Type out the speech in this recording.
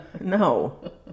No